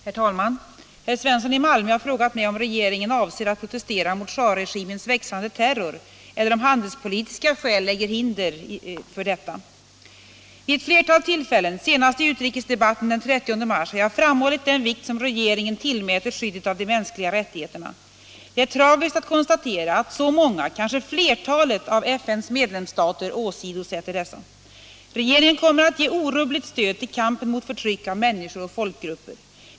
Herr talman! Herr Svensson i Malmö har frågat mig om regeringen avser att protestera mot schahregimens växande terror eller om handelspolitiken lägger hinder i vägen för detta. Vid ett flertal tillfällen, senast i utrikesdebatten den 30 mars, har jag framhållit den vikt som regeringen tillmäter skyddet av de mänskliga rättigheterna. Det är tragiskt att konstatera att så många, kanske flertalet, av FN:s medlemsstater åsidosätter dessa. Regeringen kommer att ge orubbligt stöd till kampen mot förtryck av människor och folkgrupper.